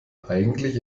eigentlich